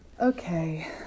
Okay